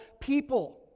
people